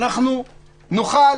נוכל